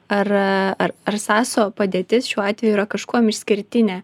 ar ar ar saso padėtis šiuo atveju yra kažkuom išskirtinė